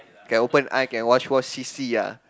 can open eye can watch watch see see ah